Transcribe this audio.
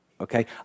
Okay